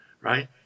right